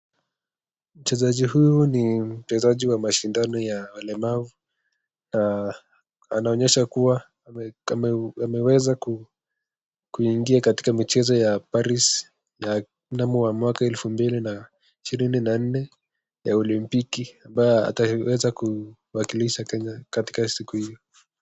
Mchezaji huyu ni mchezaji wa mashindano ya walemavu. Anaonyesha kua ameweza kuingia katika michezo ya Paris ya mnamo 2024 ya olimbiki ambayo ataweza kuakilisha kenya katika siku hiyo.